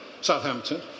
Southampton